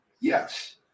yes